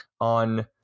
on